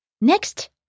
Next